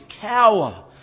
cower